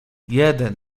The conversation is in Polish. jeden